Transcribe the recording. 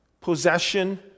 possession